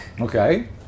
Okay